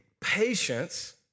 patience